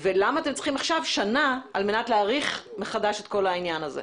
ולמה אתם צריכים עכשיו שנה על מנת להעריך מחדש את כל העניין הזה.